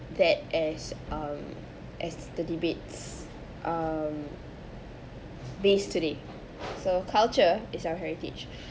that as um as the debate's um base today so culture is our heritage